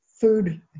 food